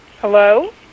Hello